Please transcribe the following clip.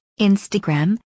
Instagram